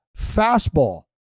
fastball